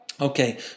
Okay